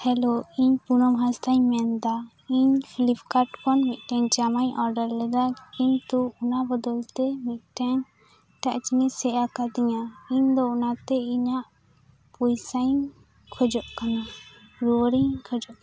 hello ᱤᱧ ᱯᱩᱱᱳᱢ ᱦᱟᱸᱥᱫᱟᱜ ᱤᱧ ᱢᱮᱱᱮᱫᱟ ᱤᱧ ᱯᱷᱤᱞᱤᱯ ᱠᱟᱴ ᱠᱷᱚᱱ ᱢᱤᱫᱴᱮᱱ ᱡᱟᱢᱟᱧ ᱳᱰᱟᱨ ᱞᱮᱫᱟ ᱠᱤᱱᱛᱩ ᱚᱱᱟ ᱵᱚᱫᱚᱞ ᱛᱮ ᱢᱤᱫᱴᱮᱱ ᱮᱴᱟᱜ ᱡᱤᱱᱤᱥ ᱦᱮᱡ ᱟᱠᱟᱫᱤᱧᱟ ᱤᱧ ᱫᱚ ᱚᱱᱟᱛᱮ ᱤᱧᱟ ᱜ ᱯᱚᱭᱥᱟᱹᱧ ᱠᱷᱚᱡᱚᱜ ᱠᱟᱱᱟ ᱨᱩᱣᱟᱹᱲ ᱤᱧ ᱠᱷᱚᱡᱚᱜ